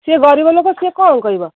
ସିଏ ଗରିବ ଲୋକ ସିଏ କ'ଣ କହିବ